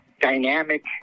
dynamic